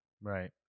Right